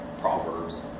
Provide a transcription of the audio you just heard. Proverbs